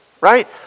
right